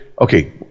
Okay